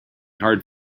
hard